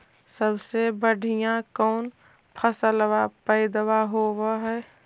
सबसे बढ़िया कौन फसलबा पइदबा होब हो?